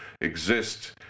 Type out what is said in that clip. exist